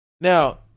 Now